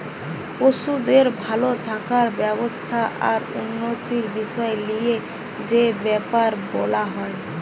পশুদের ভাল থাকার ব্যবস্থা আর উন্নতির বিষয় লিয়ে যে বেপার বোলা হয়